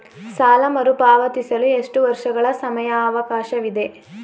ಸಾಲ ಮರುಪಾವತಿಸಲು ಎಷ್ಟು ವರ್ಷಗಳ ಸಮಯಾವಕಾಶವಿದೆ?